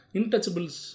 Intouchables